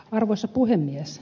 arvoisa puhemies